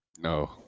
No